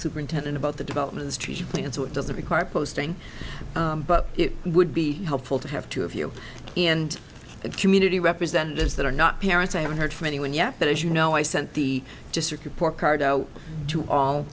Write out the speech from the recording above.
superintendent about the developments chiefly and so it doesn't require posting but it would be helpful to have two of you and the community representatives that are not parents i haven't heard from anyone yet but as you know i sent the district report card out to all